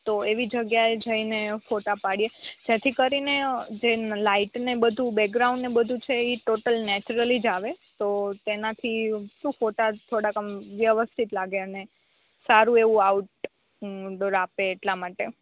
એવી જગ્યાએ જઈને ફોટા પાળીએ જેથી કરીને જે લાઇટને બધુ બેકગ્રાઉન્ડને બધુ છે ઇ ટોટલ નેચરલીજ આવે તો તેનાથી શું ફોટાસ થોળાક આમ વ્યવસ્થિત લાગે અને સારું એવું આઉટ ડોર આપે એટલા માટે